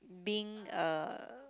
being uh